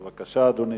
בבקשה, אדוני.